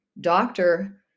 doctor